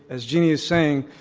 as jeannie is saying,